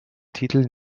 titel